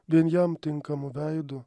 vien jam tinkamu veidu